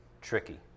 tricky